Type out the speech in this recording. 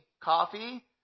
Coffee